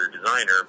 designer